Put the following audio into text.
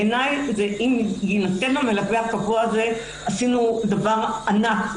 בעיניי אם יינתן המלווה הקבוע הזה עשינו דבר ענק,